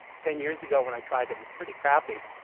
ten years ago when i tried, it was pretty crappy.